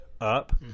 up